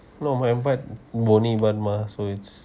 no my butt won't even mah so is